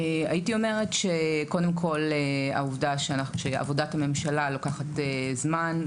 הייתי אומרת שקודם כול העובדה שעבודת הממשלה לוקחת זמן,